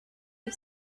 you